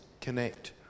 connect